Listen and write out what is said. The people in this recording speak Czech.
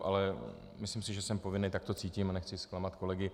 Ale myslím, že jsem povinen, tak to cítím a nechci zklamat kolegy.